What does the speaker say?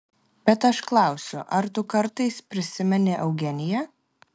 bet aš klausiu ar tu kartais prisimeni eugeniją